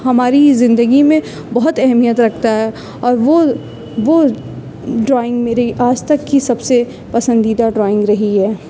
ہماری زندگی میں بہت اہمیت رکھتا ہے اور وہ وہ ڈرائنگ میری آج تک کی سب سے پسندیدہ ڈرائنگ رہی ہے